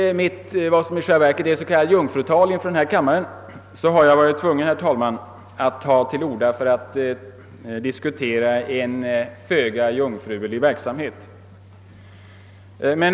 I detta inlägg, som är mitt s.k. jung frutal inför denna kammare, har jag varit tvungen, herr talman, att ta till orda för att diskutera en föga jungfrulig verksamhet.